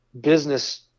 business